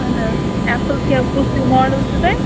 اہَن حظ اٮ۪پٕل کیٛاہ کُس ماڈل چھُو تۄہہِ